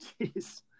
jeez